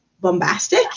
bombastic